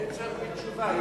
אין צורך בתשובה,